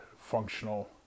functional